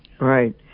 right